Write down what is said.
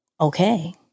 Okay